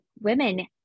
women